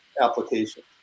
applications